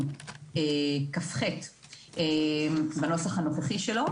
330כח בנוסח הנוכחי שלו.